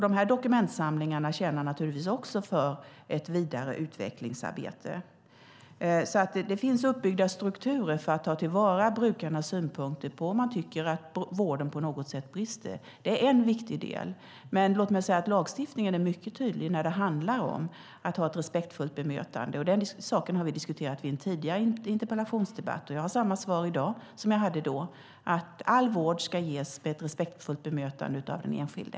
Dessa dokumentsamlingar används naturligtvis för ett vidare utvecklingsarbete. Det finns alltså uppbyggda strukturer för att ta till vara brukarnas synpunkter om man tycker att vården på något sätt brister. Det är en viktig del, men låt mig också säga att lagstiftningen är mycket tydlig vad gäller att ha ett respektfullt bemötande. Den saken har vi diskuterat i en tidigare interpellationsdebatt. Jag har samma svar att ge i dag som jag hade då, att all vård ska ges med ett respektfullt bemötande av den enskilde.